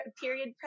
period